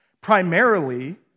Primarily